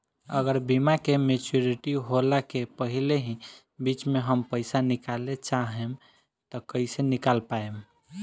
अगर बीमा के मेचूरिटि होला के पहिले ही बीच मे हम पईसा निकाले चाहेम त कइसे निकाल पायेम?